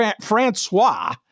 Francois